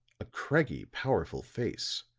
a craggy, powerful face,